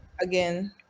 Again